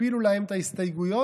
יפילו להם את ההסתייגויות,